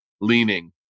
leaning